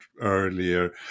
earlier